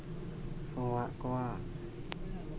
ᱟᱠᱚᱣᱟᱜ